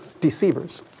deceivers